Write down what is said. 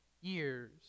years